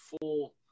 full